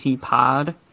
Pod